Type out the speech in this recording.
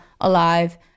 alive